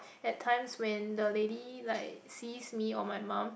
at times when the lady like sees me or my mom